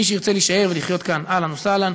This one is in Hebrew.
מי שירצה להישאר ולחיות כאן, אהלן וסהלן.